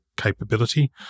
capability